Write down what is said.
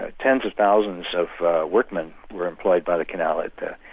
ah tens of thousands of workmen were employed by the canal out there.